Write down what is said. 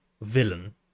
villain